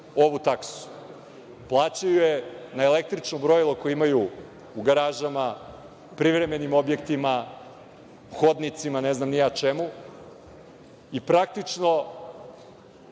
ovu taksu. Plaćaju je na električno brojilo koje imaju u garažama, privremenim objektima, hodnicima, ne znam ni ja čemu, i praktično,